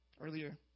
Earlier